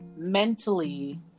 mentally